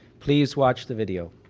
please watch the video.